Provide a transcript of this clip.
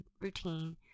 routine